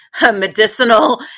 medicinal